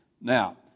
Now